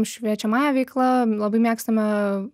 šviečiamąja veikla labai mėgstame